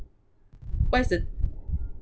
what is the